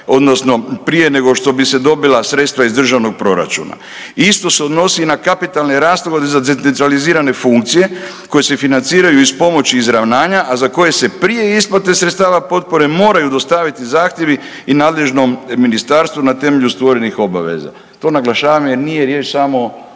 odnosno prije nego što bi se dobila sredstva iz državnog proračuna. Isto se odnosi i na kapitalne rashode za decentralizirane funkcije koji se financiraju iz pomoći izravnanja, a koje se prije isplate sredstava potpore moraju dostaviti zahtjevi i nadležnom ministarstvu na temelju stvorenih obaveza. To naglašavam jer nije riječ samo